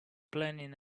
planning